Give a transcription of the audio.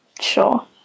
Sure